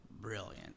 Brilliant